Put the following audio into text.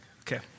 Okay